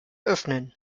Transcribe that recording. öffnen